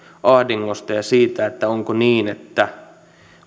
ahdingosta ja siitä että onko niin että